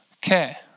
Okay